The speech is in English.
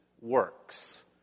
works